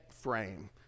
frame